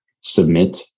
submit